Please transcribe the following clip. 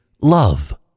love